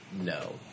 no